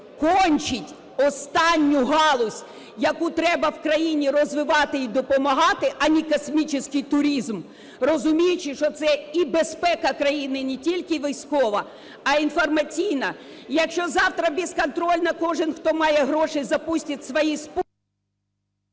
кончить останню галузь, яку треба в країні розвивати і допомагати, а не космический туризм, розуміючи, що це і безпека країни, і не тільки військова, а інформаційна. Якщо завтра безконтрольно кожен, хто має гроші, запустять свої супутники…